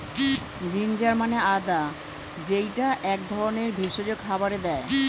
ginger মানে আদা যেইটা এক ধরনের ভেষজ খাবারে দেয়